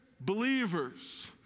believers